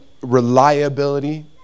reliability